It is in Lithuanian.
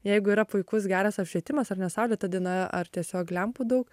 jeigu yra puikus geras apšvietimas ar ne saulėta diena ar tiesiog lempų daug